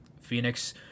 Phoenix